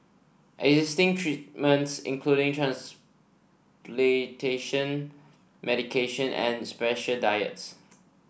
existing treatments including transplantation medication and special diets